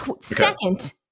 second